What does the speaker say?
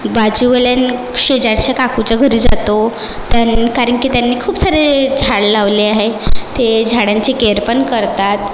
बाजूवाल्या शेजारच्या काकुच्या घरी जातो त्यान् कारण की त्यांनी खूप सारे झाडं लावले आहे ते झाडांची केअर पण करतात